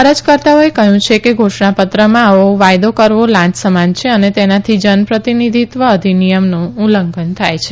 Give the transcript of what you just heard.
અરજકર્તાઓએ કહ્યું કે ઘોષણાપત્રમાં આવો વાયદો કરવો લાંચ સમાન છે અને તેનાથી જનપ્રતિનિધિત્વ અધિનિયમનું ઉલ્લંઘન થાય છે